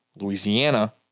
Louisiana